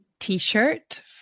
t-shirt